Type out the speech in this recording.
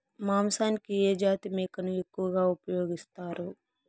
మాంసానికి ఏ జాతి మేకను ఎక్కువగా ఉపయోగిస్తారు?